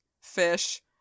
fish